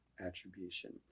Attribution